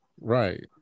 Right